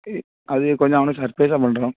அது கொஞ்சம் அவனுக்கு சர்ப்ரைஸாக பண்ணுறோம்